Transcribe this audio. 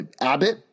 Abbott